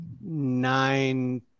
Nine